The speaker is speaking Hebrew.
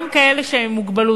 גם כאלה שהם עם מוגבלות.